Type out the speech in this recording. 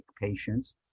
patients